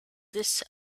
this